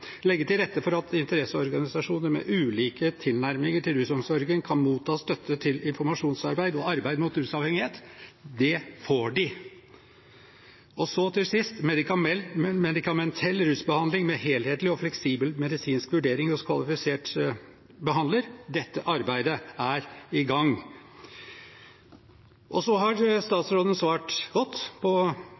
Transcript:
legge til rette for at interesseorganisasjoner med ulike tilnærminger til rusomsorgen kan motta støtte til informasjonsarbeid og arbeid mot rusavhengighet.» Det får de. Og så til sist: erstatte medikamentell rusbehandling med helhetlig og fleksibel medisinsk vurdering hos kvalifisert behandler.» Dette arbeidet er i gang. Så har statsråden svart godt på